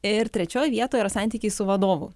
ir trečioj vietoj o santykiai su vadovu